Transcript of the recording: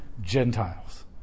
Gentiles